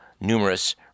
numerous